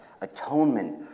atonement